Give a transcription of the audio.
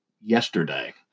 yesterday